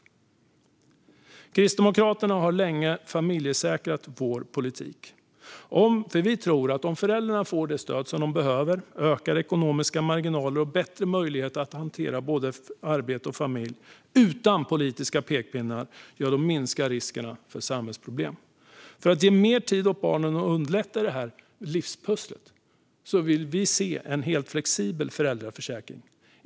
Vi kristdemokrater har länge familjesäkrat vår politik. Om föräldrarna får det stöd de behöver, ökade ekonomiska marginaler och bättre möjligheter att hantera både arbete och familj, utan politiska pekpinnar, minskar riskerna för samhällsproblem. För att ge mer tid åt barnen och underlätta livspusslet vill vi se en helt flexibel föräldraförsäkring.